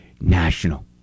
National